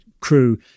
crew